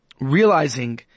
realizing